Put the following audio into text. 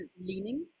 leaning